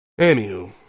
Anywho